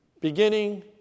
Beginning